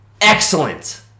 excellent